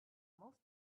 most